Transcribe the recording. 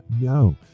no